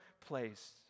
place